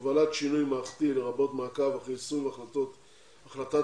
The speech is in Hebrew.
הובלת שינוי מערכתי לרבות מעקב אחרי יישום החלטת הממשלה